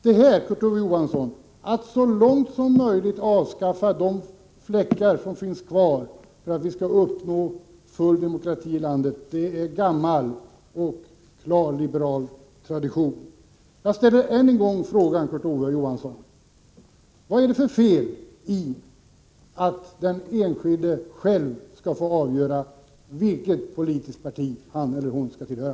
Det här, Kurt Ove Johansson, — att så långt som möjligt avskaffa de fläckar som finns kvar för att vi skall uppnå full demokrati i landet — är gammal och klar liberal tradition! Jag ställer än en gång frågan, Kurt Ove Johansson: Vad är det för fel i att den enskilde själv skall få avgöra vilket politiskt parti han eller hon vill tillhöra?